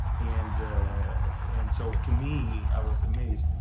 and and so to me, i was amazed.